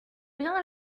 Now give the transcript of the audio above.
bien